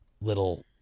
little